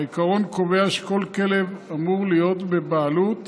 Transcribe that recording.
העיקרון קובע שכל כלב אמור להיות בבעלות